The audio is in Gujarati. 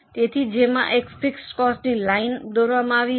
તેથી જેમાં એક ફિક્સડ કોસ્ટની લાઇન દોરવામાં આવી હતી